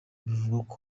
bivugwa